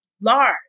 large